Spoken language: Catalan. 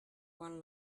quan